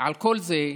על כל זה,